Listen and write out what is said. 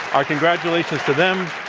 our congratulations to them.